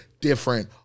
different